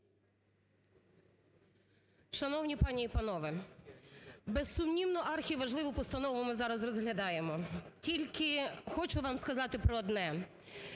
Шановні пані і панове, безсумнівно архіважливу постанову ми зараз розглядаємо. Тільки хочу вам сказати про одне: